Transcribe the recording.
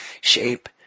shape